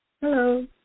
Hello